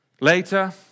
Later